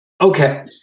Okay